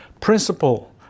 principle